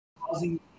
causing